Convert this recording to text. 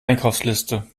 einkaufsliste